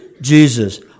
Jesus